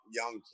young